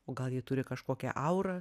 o gal ji turi kažkokią aurą